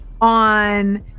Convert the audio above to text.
on